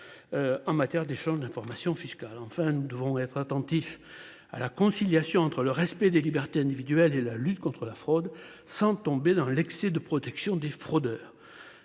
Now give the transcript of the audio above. En matière d'échange d'informations fiscales. Enfin, nous devons être attentifs à la conciliation entre le respect des libertés individuelles et la lutte contre la fraude. Sans tomber dans l'excès de protection des fraudeurs.